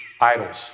Idols